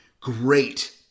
great